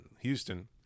Houston